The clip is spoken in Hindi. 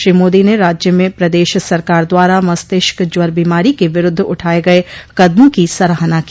श्री मोदी ने राज्य में प्रदेश सरकार द्वारा मस्तिष्क ज्वर बीमारी के विरूद्व उठाये गये कदमों की सराहना की